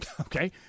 Okay